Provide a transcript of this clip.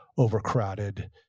overcrowded